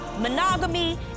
monogamy